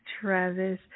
Travis